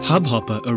Hubhopper